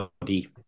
body